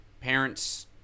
parents